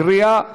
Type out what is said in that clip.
קריאה טרומית.